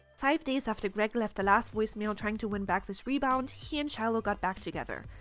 five days after greg left the last voice mail trying to win back this rebound, he and shiloh get back together.